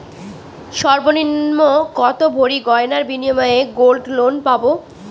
সর্বনিম্ন কত ভরি গয়নার বিনিময়ে গোল্ড লোন পাব?